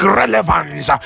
relevance